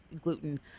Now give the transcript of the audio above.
gluten